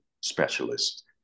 specialists